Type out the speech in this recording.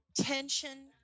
tension